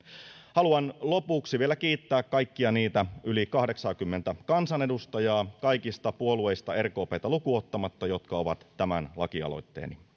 haluan lopuksi vielä kiittää kaikkia niitä yli kahdeksaakymmentä kansanedustajaa kaikista puolueista rkptä lukuun ottamatta jotka ovat tämän lakialoitteeni